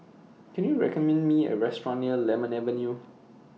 Can YOU recommend Me A Restaurant near Lemon Avenue